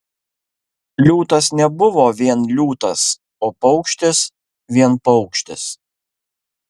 liūtas nebuvo vien liūtas o paukštis vien paukštis